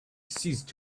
ceased